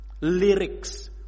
lyrics